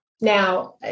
Now